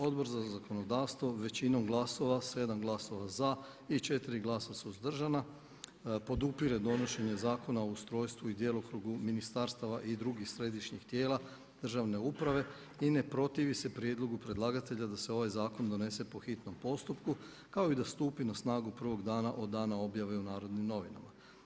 Odbor za zakonodavstvo većinom glasova, 7 glasova za i 4 glasa suzdržana podupire donošenje Zakona o ustrojstvu i djelokrugu ministarstava i drugih središnjih tijela državne uprave i ne protivi se prijedlogu predlagatelja da se ovaj zakon donese po hitnom postupku kao i da stupi na snagu prvog dana od dana objave u „Narodnim novinama“